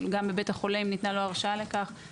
גם בבית החולים ניתנה לו ההרשאה לכך.